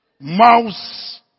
mouse